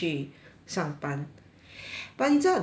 上班 but 你知道 that day orh